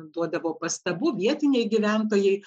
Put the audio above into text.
duodavo pastabų vietiniai gyventojai